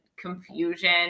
confusion